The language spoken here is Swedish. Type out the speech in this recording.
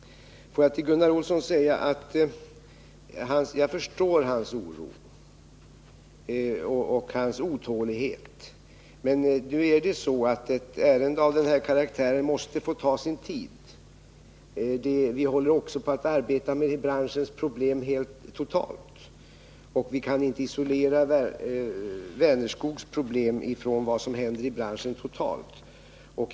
Får jag till Gunnar Olsson säga att jag förstår hans oro och hans otålighet. Men nu är det ju så att ett ärende av den här karaktären måste få ta sin tid. Vi håller också på att arbeta med branschens problem totalt, och vi kan inte isolera Vänerskogs problem från vad som händer inom branschen totalt.